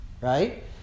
Right